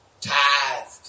Tithed